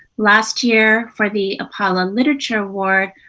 last year for the apala literature award,